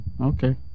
Okay